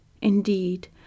Indeed